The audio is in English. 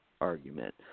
argument